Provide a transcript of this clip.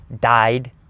died